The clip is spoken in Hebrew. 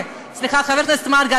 חבר הכנסת מרגי,